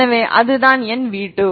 எனவே அதுதான் என் v2